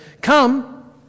Come